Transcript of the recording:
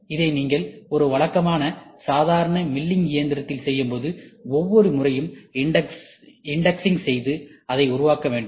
இதை நீங்கள் ஒரு வழக்கமான சாதாரண மில்லிங் இயந்திரத்தில் செய்யும்போது ஒவ்வொரு முறையும் இன்டெக்ஸ் செய்து அதை உருவாக்க வேண்டும்